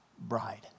bride